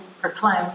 proclaimed